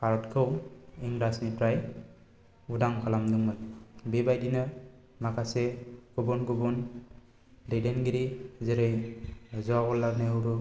भारतखौ इंराजनिफ्राय उदां खालामदोंमोन बेबायदिनो माखासे गुबुन गुबुन दैदेनगिरि जेरै जवाहरलाल नेहरु